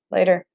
Later